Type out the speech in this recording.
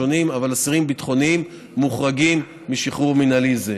אבל אסירים ביטחוניים מוחרגים משחרור מינהלי זה.